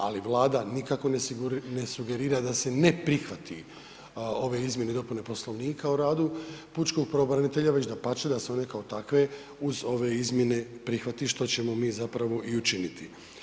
Ali Vlada nikako ne sugerira da se ne prihvati ove izmjene i dopune Poslovnika o radu pučkog pravobranitelja, već dapače da se one kao takve uz ove izmjene prihvati što ćemo mi i učiniti.